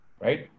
right